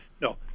No